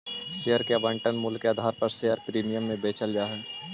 share के आवंटन मूल्य के आधार पर शेयर प्रीमियम के बेचल जा हई